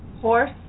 horse